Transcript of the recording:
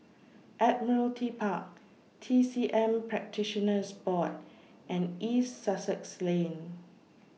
Admiralty Park T C M Practitioners Board and East Sussex Lane